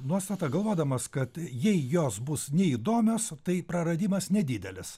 nuostata galvodamas kad jei jos bus neįdomios o tai praradimas nedidelis